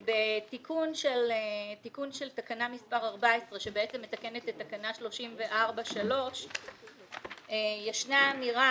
תיקון של תקנה מספר 14 שמתקנת את תקנה 34(3). ישנה אמירה